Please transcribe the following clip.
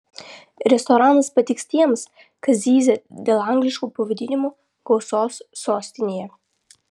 restoranas patiks tiems kas zyzia dėl angliškų pavadinimų gausos sostinėje